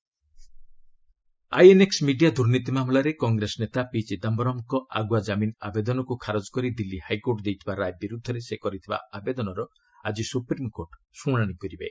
SC Chidambaram INX media ଦୁର୍ନୀତି ମାମଲାରେ କଂଗ୍ରେସ ନେତା ପିଚିଦାୟରମ୍ଙ୍କ ଆଗୁଆ ଜାମିନ ଆବେଦନକୁ ଖାରଜ କରି ଦିଲ୍ଲୀ ହାଇକୋର୍ଟ ଦେଇଥିବା ରାୟ ବିରୁଦ୍ଧରେ ସେ କରିଥିବା ଆବେଦନର ଆଜି ସୁପ୍ରିମକୋର୍ଟ ଶୁଣାଣି କରିବେ